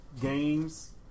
games